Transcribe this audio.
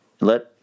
Let